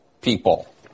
people